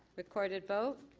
recorded vote.